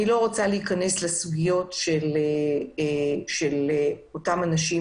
אני לא רוצה להיכנס לסוגיות של אותם אנשים